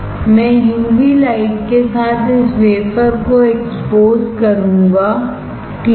मैं UV light के साथ इस वेफरको एक्सपोजकरूंगा ठीक है